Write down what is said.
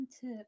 tip